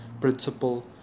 principle